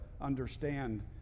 understand